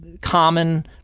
common